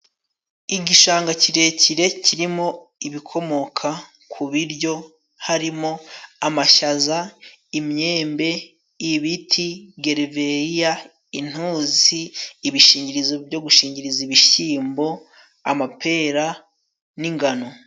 Igishanga kirekire kirimo ibikomoka ku biryo harimo: amashaza, imyembe, ibiti, gereveriya, intusi, ibishingirizo byo gushingiriza ibishyimbo, amapera n'ingano.